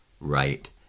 right